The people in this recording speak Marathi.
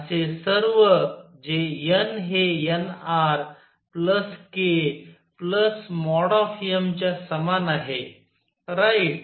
असे सर्व जे n हे nr k । m । च्या समान आहे राईट